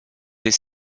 les